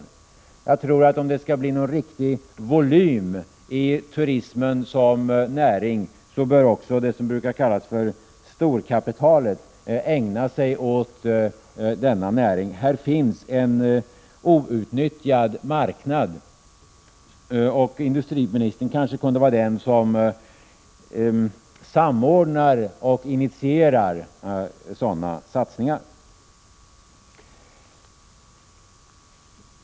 1986/87:128 det skall bli någon riktig volym i turismen som näring, bör också det som 21 maj 1987 brukar kallas storkapitalet ägna sig åt denna näring. Det finns en outnyttjad marknad, och industriministern kanske kunde vara den som samordnar och initierar sådana satsningar.